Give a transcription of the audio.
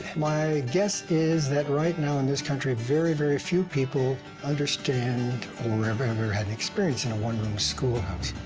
my guess is that, right now in this country, very, very few people understand, or have ever had any experience in a one room school house.